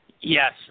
Yes